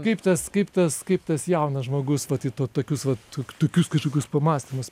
kaip tas kaip tas kaip tas jaunas žmogus vat į to tokius vat tokius kažkokius pamąstymus